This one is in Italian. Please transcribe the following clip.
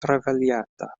travagliata